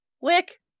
Wick